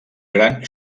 gran